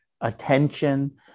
attention